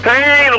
Hey